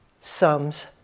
sums